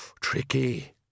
Tricky